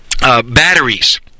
Batteries